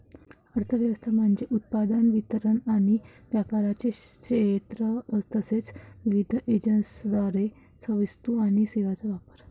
अर्थ व्यवस्था म्हणजे उत्पादन, वितरण आणि व्यापाराचे क्षेत्र तसेच विविध एजंट्सद्वारे वस्तू आणि सेवांचा वापर